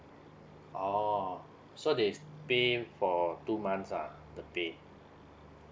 [or] so they pay for two months ah the pay